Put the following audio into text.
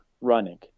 running